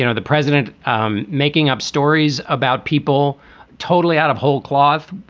you know the president um making up stories about people totally out of whole cloth.